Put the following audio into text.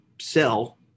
sell